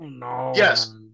Yes